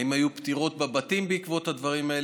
האם היו פטירות בבתים בעקבות הדברים האלה?